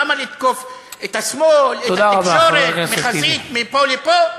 למה לתקוף את השמאל, את התקשורת, מחזית, מפה לפה?